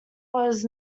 was